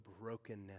brokenness